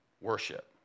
worship